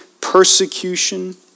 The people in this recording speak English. persecution